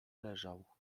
leżał